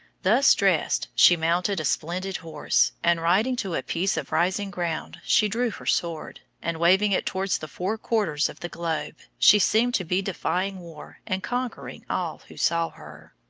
thus dressed, she mounted a splendid horse, and riding to a piece of rising ground she drew her sword, and, waving it towards the four quarters of the globe, she seemed to be defying war and conquering all who saw her.